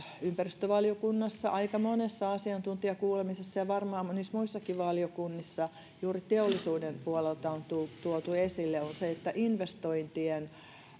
ympäristövaliokunnassa aika monessa asiantuntijakuulemisessa ja varmaan monissa muissakin valiokunnissa juuri teollisuuden puolelta on tuotu tuotu esille että investointien